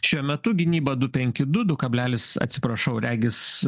šiuo metu gynyba du penki du du kablelis atsiprašau regis